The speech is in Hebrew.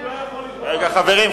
חברים,